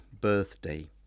birthday